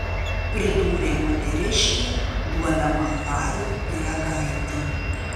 pridūrė moteriškė duodama hariui pyragaitį